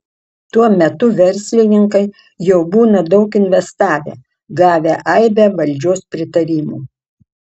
tuo metu verslininkai jau būna daug investavę gavę aibę valdžios pritarimų